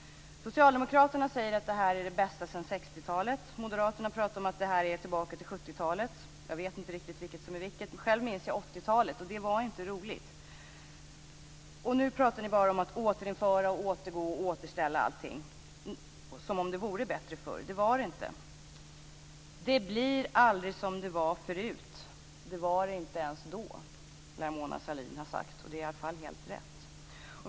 Socialdemokraterna säger att det här är det bästa sedan 60-talet. Moderaterna talar om att det här är tillbaka till 70-talet. Jag vet inte riktigt vilket som är vilket. Själv minns jag 80-talet, och det var inte roligt. Nu talar ni bara om att återinföra, återgå och återställa allting, som om det vore bättre förr. Det var det inte. Det blir aldrig som det var förut. Det var det inte ens då, lär Mona Sahlin ha sagt. Och det är i alla fall helt rätt.